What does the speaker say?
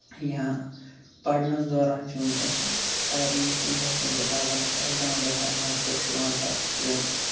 یا پَڑنَس دوران چھِ وٕنکیٚس سارنی یَتھ کٔنۍ باقین کِتابَن چھِ اٮ۪کزام گژھان مارکس یِوان پَتہٕ چھُ شُرین